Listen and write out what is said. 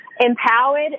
empowered